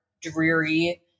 dreary